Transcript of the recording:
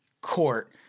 court